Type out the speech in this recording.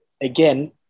again